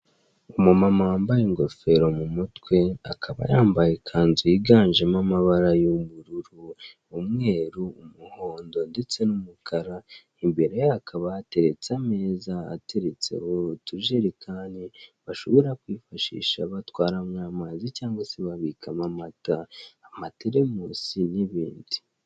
Umumama wambaye ingofero mu mutwe, akaba yambaye ikanzu yiganje mo amabara y'ubururu, umweru, umuhondo ndetse n'umukara, imbere ye hakaba hateretse ameza ateretse ho utu jerekani bashobora kwifashisha batwaramo amazi cyangwa se babikamo amata, ama teremusi n'ibindi.